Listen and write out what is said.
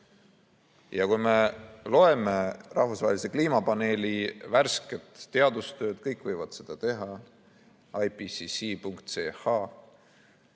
Kui me loeme rahvusvahelise kliimapaneeli värsket teadustööd – kõik võivad seda teha, ipcc.ch